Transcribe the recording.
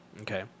Okay